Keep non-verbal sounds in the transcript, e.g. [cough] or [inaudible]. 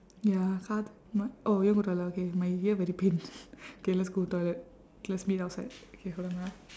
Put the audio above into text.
ya oh you want go toilet ah okay my ear very pain [laughs] okay let's go toilet let's meet outside okay hold on ah